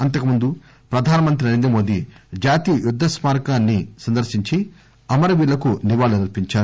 అంతకు ముందు ప్రధాన మంత్రి నరేంద్ర మోదీ జాతీయ యుద్ద స్మారకాన్సి సందర్శించి అమర వీరులకు నివాళులర్పించారు